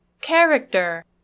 Character